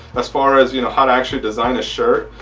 as far as you know how to actually design a shirt.